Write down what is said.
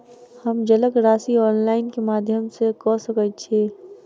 हम जलक राशि ऑनलाइन केँ माध्यम सँ कऽ सकैत छी?